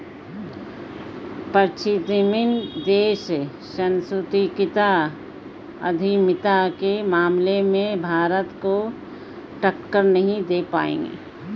पश्चिमी देश सांस्कृतिक उद्यमिता के मामले में भारत को टक्कर नहीं दे पाएंगे